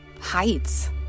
heights